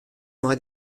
mei